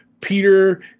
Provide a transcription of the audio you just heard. Peter